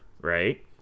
right